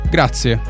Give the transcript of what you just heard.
Grazie